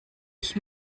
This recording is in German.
ich